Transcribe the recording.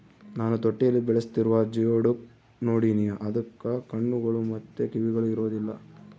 ನಾನು ತೊಟ್ಟಿಯಲ್ಲಿ ಬೆಳೆಸ್ತಿರುವ ಜಿಯೋಡುಕ್ ನೋಡಿನಿ, ಅದಕ್ಕ ಕಣ್ಣುಗಳು ಮತ್ತೆ ಕಿವಿಗಳು ಇರೊದಿಲ್ಲ